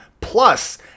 plus